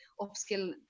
upskill